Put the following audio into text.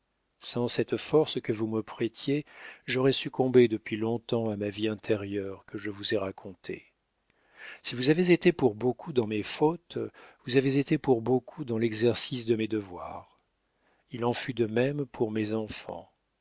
sans cette force que vous me prêtiez j'aurais succombé depuis long-temps à ma vie intérieure que je vous ai racontée si vous avez été pour beaucoup dans mes fautes vous avez été pour beaucoup dans l'exercice de mes devoirs il en fut de même pour mes enfants